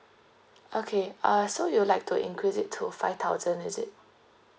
okay uh so you'd like to increase it to five thousand is it